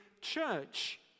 Church